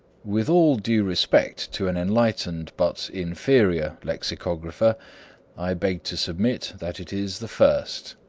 with all due respect to an enlightened but inferior lexicographer i beg to submit that it is the first.